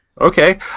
Okay